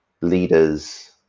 leaders